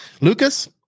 lucas